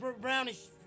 brownish